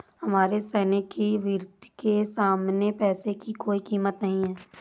हमारे सैनिक की वीरता के सामने पैसे की कोई कीमत नही है